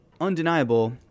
undeniable